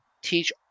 Teach